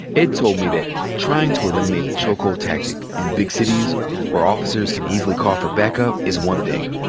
ed told me that trying to eliminate the chokehold tactic in big cities where officers can easily call for backup is one thing,